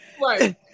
Right